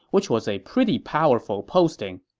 which was a pretty powerful posting.